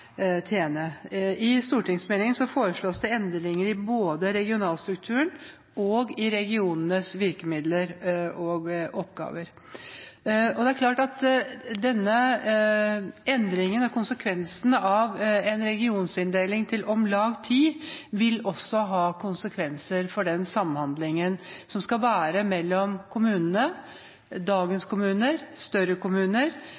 tjene. I stortingsmeldingen foreslås det endringer både i regionalstrukturen og i regionenes virkemidler og oppgaver. Og det er klart at denne endringen, og konsekvensene av en regioninndeling til om lag ti, også vil ha konsekvenser for den samhandlingen som skal være mellom